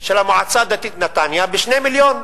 של המועצה הדתית נתניה ב-2 מיליון.